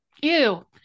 ew